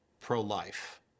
pro-life